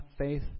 faith